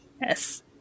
yes